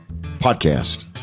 Podcast